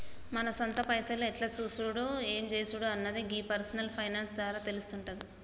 మన సొంత పైసలు ఎట్ల చేసుడు ఎం జేసుడు అన్నది గీ పర్సనల్ ఫైనాన్స్ ద్వారా తెలుస్తుందంటి